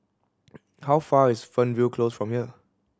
how far is Fernvale Close from here